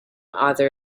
other